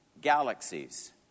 galaxies